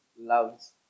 loves